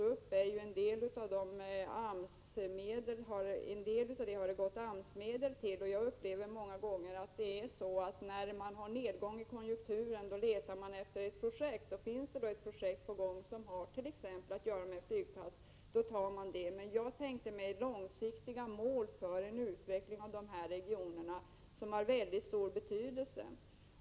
Till en del av de exempel som räknats upp har det gått AMS-medel. Jag har upplevt att man ofta, då det är nedgång i konjunkturen, letar efter ett projekt. Finns det ett lämpligt sådant, exempelvis ett som gäller en flygplats, tar man det. — Men jag tänke mig långsiktiga mål för en utveckling av dessa regioner, som har mycket stor betydelse.